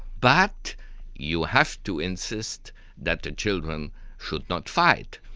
but you have to insist that the children should not fight.